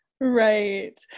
Right